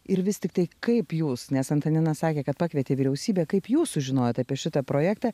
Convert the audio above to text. ir vis tiktai kaip jūs nes antanina sakė kad pakvietė vyriausybę kaip jūs sužinojot apie šitą projektą